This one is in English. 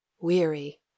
weary